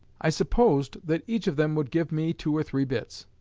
i supposed that each of them would give me two or three bits.